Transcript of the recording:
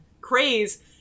craze